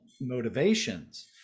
motivations